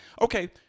Okay